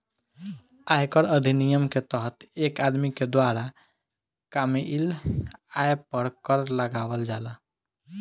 आयकर अधिनियम के तहत एक आदमी के द्वारा कामयिल आय पर कर लगावल जाला